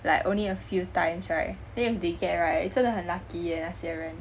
like only a few times right then if they get right 真的很 lucky eh 那些人